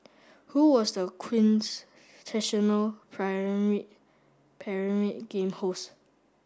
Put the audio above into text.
who was the Pyramid Pyramid Game host